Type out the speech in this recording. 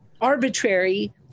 arbitrary